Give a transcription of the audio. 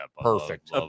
perfect